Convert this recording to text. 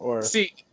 See